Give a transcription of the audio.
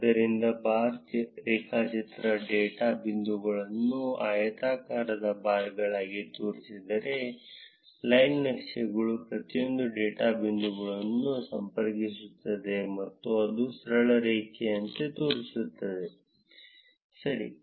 ಆದ್ದರಿಂದ ಬಾರ್ ರೇಖಾಚಿತ್ರ ಡೇಟಾ ಬಿಂದುಗಳನ್ನು ಆಯತಾಕಾರದ ಬಾರ್ಗಳಾಗಿ ತೋರಿಸಿದರೆ ಲೈನ್ ನಕ್ಷೆಗಳು ಪ್ರತಿಯೊಂದು ಡೇಟಾ ಬಿಂದುಗಳನ್ನು ಸಂಪರ್ಕಿಸುತ್ತದೆ ಮತ್ತು ಅದನ್ನು ಸರಳ ರೇಖೆಯಂತೆ ತೋರಿಸುತ್ತದೆ ಸರಿ